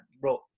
bro